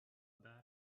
bad